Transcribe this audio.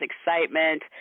excitement